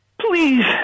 please